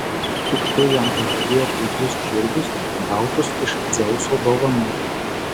už tai jam pažadėjo puikius žirgus gautus iš dzeuso dovanų